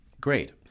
Great